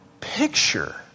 picture